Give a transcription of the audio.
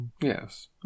Yes